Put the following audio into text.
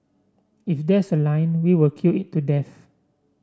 if there's a line we will queue it to death